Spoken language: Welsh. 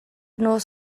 nos